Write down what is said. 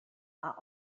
are